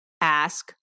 ask